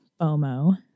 FOMO